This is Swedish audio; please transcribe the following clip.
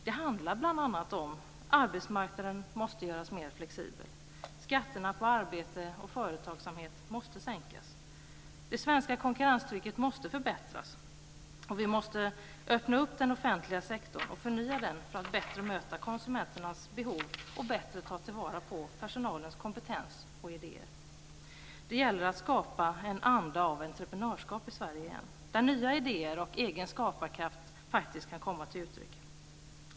Det handlar bl.a. om att arbetsmarknaden måste göras mer flexibel. Skatterna på arbete och företagsamhet måste sänkas. Det svenska konkurrenstrycket måste förbättras, och vi måste öppna upp den offentliga sektorn och förnya den för att bättre möta konsumenternas behov och ta vara på personalens kompetens och idéer. Det gäller att skapa en anda av entreprenörskap i Sverige igen, där nya idéer och egen skaparkraft faktiskt kan komma till uttryck.